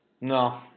No